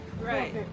right